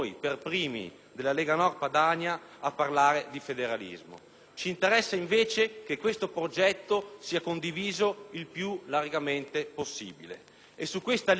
Ci interessa, invece, che questo progetto sia condiviso il più largamente possibile. E su questa linea ci siamo mossi anche in fase di discussione di questo provvedimento.